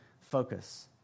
focus